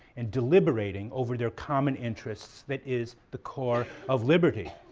and deliberating over their common interests that is the core of liberty.